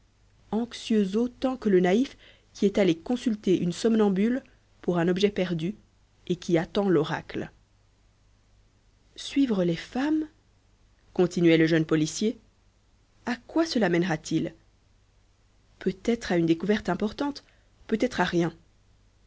anxieux autant que le naïf qui est allé consulter une somnambule pour un objet perdu et qui attend l'oracle suivre les femmes continuait le jeune policier à quoi cela mènera t il peut-être à une découverte importante peut-être à rien